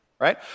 right